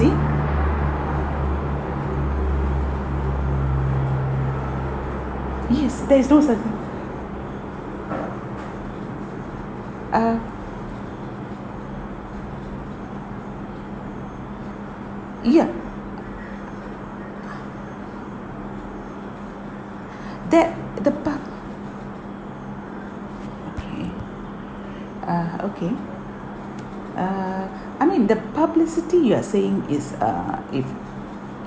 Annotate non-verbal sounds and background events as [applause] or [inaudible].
it yes there's no sudden uh yeah [breath] that the pu~ okay [breath] uh okay uh [breath] I mean the publicity you are saying is uh if